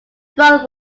phone